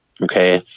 Okay